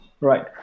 Right